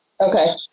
Okay